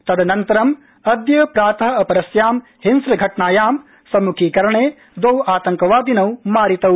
तदनन्तरम् अद्य प्रात् अपरस्यां हिंस्व घटनायां सम्मुखीकरणे द्रौ आतंकवादिनौ मारितौ